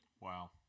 Wow